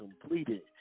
completed